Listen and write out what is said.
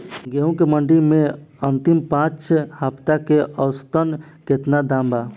गेंहू के मंडी मे अंतिम पाँच हफ्ता से औसतन केतना दाम बा?